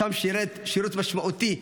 שם שירת שירות משמעותי,